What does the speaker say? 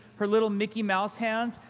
her little mickey mouse hands.